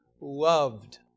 loved